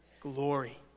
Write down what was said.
glory